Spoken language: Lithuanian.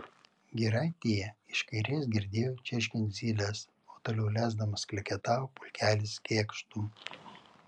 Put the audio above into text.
giraitėje iš kairės girdėjau čirškiant zyles o toliau lesdamas kleketavo pulkelis kėkštų